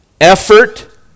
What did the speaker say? Effort